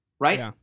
Right